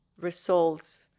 results